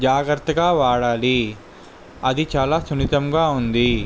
జాగ్రత్తగా వాడాలి అది చాలా సున్నితంగా ఉంది